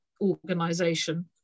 organization